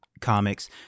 comics